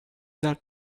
that